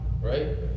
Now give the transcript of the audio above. right